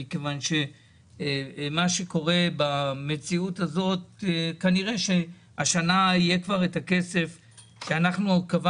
מה שקורה במציאות זה שכנראה השנה יהיה כבר את הכסף שאנחנו,